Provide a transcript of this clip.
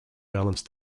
balance